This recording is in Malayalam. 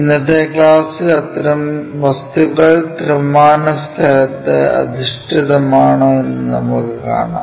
ഇന്നത്തെ ക്ലാസ്സിൽ അത്തരം വസ്തുക്കൾ ത്രിമാന സ്ഥലത്ത് അധിഷ്ഠിതമാണോയെന്ന് നമുക്ക് കാണാം